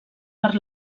per